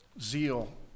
zeal